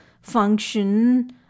function